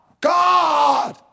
God